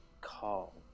call